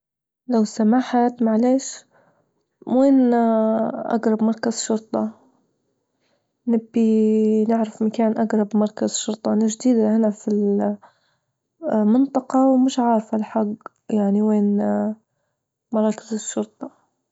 مش جادر يلتزم إنه يجرا لغة جديدة يخلط حياة اللغة بحياته اليومية، يعني يشوف مسلسلات في اللغة اللي يحبها، يشوف أغاني، يسمع أغاني، يتكلم مع نفسه بالإنجليزي كإن يكلم في واحد أجنبي أو بلغات تانية مختلفة، يدور واحد يتكلم معاه كي بيرتاح أكتر يعني.